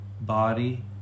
body